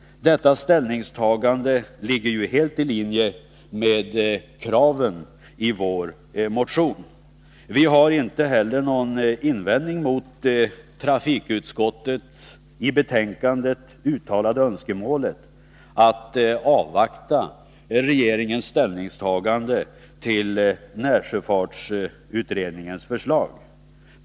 Detta ställningstagande ligger helt i linje med kraven i vår motion. Vi har inte heller någon invändning mot trafikutskottets i betänkandet uttalade önskemål att avvakta regeringens ställningstagande till närsjöfartsutredningens förslag.